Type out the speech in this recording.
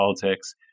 politics